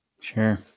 Sure